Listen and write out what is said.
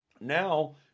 Now